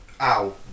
ow